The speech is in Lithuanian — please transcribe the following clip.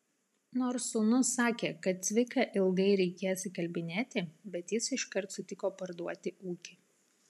nors sūnus sakė kad cviką ilgai reikės įkalbinėti bet jis iškart sutiko parduoti ūkį